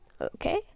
okay